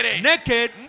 naked